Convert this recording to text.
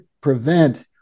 prevent